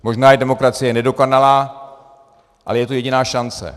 Možná je demokracie nedokonalá, ale je to jediná šance.